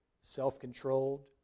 self-controlled